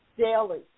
daily